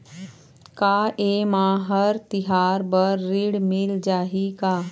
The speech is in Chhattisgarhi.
का ये मा हर तिहार बर ऋण मिल जाही का?